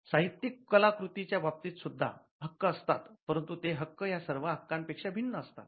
साहित्यिक कलाकृती च्या बाबतीत सुद्धा हक्क असतात परंतु ते हक्क या सर्व हक्कां पेक्षा भिन्न असतात